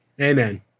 amen